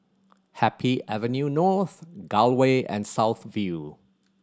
Happy Avenue North Gul Way and South View